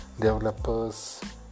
developers